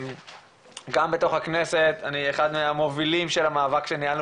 גם בתוך הכנסת אני אחד מהמובילים של המאבק שניהלנו